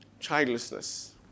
childlessness